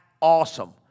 awesome